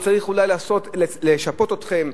צריך אולי לשפות אתכם,